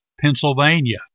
Pennsylvania